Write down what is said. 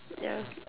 ya